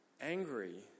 Angry